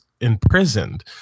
imprisoned